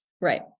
Right